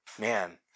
man